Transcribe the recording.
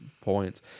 points